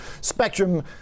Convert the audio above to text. Spectrum